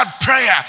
prayer